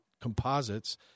composites